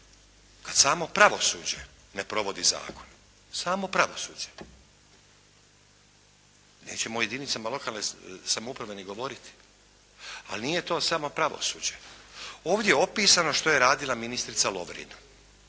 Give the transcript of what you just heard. kad samo pravosuđe ne provodi zakone, samo pravosuđe. Nećemo o jedinicama lokalne samouprave ni govoriti. Ali nije to samo pravosuđe. Ovdje je opisano što je radila ministrica Lovrin.